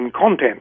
content